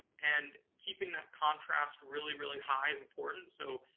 and keeping that contrast really, really high is important. so,